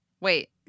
Wait